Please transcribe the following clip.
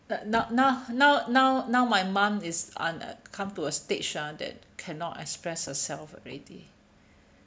but now now now now now my mum is on come to a stage ah that cannot express herself already